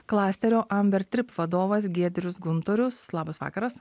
klasterio amber trip vadovas giedrius guntorius labas vakaras